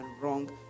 wrong